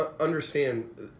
understand